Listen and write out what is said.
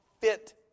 fit